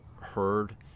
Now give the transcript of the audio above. heard